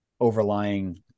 overlying